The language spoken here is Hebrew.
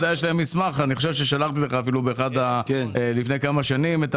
יש להם מסמך שאני חושב ששלחנו לך לפני כמה שנים.